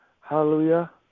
Hallelujah